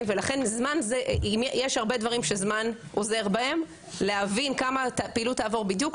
יש הרבה דברים שזמן עוזר בהם להבין כמה פעילות תעבור בדיוק.